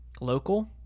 local